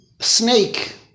snake